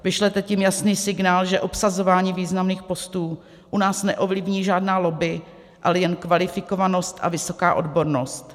Vyšlete tím jasný signál, že obsazování významných postů u nás neovlivní žádná lobby, ale jen kvalifikovanost a vysoká odbornost.